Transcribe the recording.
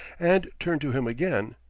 and turned to him again,